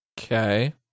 Okay